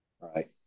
Right